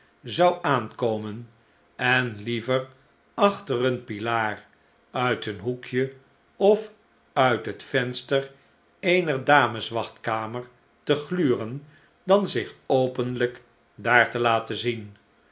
zou aankomen en liever achter een pilaar uit een hoekje of uit het venster eener dames wachtkamer te gluren dan zich openlijk daar te laten zien